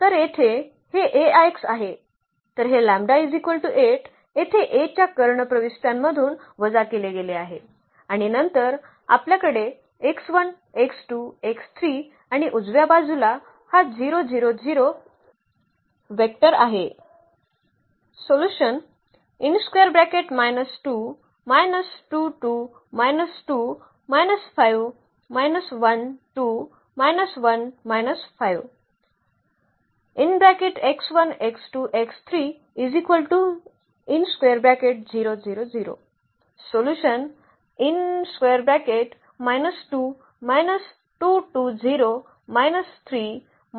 तर येथे हे ए आयक्स आहे तर हे λ 8 येथे ए च्या कर्ण प्रविष्ट्यांमधून वजा केले गेले आहे आणि नंतर आपल्याकडे x1 x2 x3 आणि उजव्या बाजूला हा 0 0 0 वेक्टर आहे